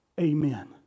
Amen